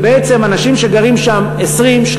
ובעצם אנשים שגרים שם 20,